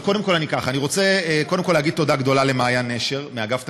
אבל קודם כול אני רוצה להגיד תודה גדולה למעיין נשר מאגף התקציבים,